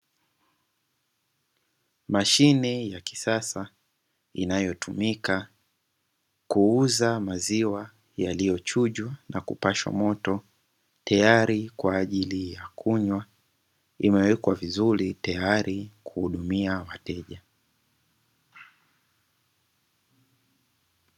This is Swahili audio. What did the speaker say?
Mashine ya kisasa inayotumika kuuza maziwa yaliyochujwa na kupashwa moto, tayari kwaajili ya kunywa imewekwa vizuri tayari kuhudumia wateja.